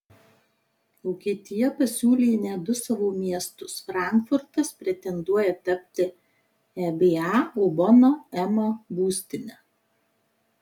vokietija pasiūlė net du savo miestus frankfurtas pretenduoja tapti eba o bona ema būstine